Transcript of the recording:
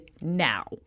now